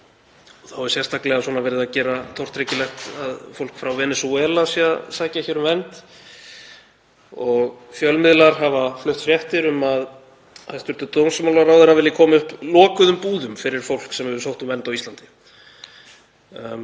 Þá er sérstaklega verið að gera tortryggilegt að fólk frá Venesúela sé að sækja hér um vernd og fjölmiðlar hafa flutt fréttir um að hæstv. dómsmálaráðherra vilji koma upp lokuðum búðum fyrir fólk sem hefur sótt um vernd á Íslandi.